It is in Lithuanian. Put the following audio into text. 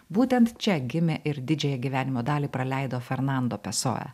būtent čia gimė ir didžiąją gyvenimo dalį praleido fernando pesoja